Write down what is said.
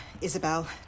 Isabel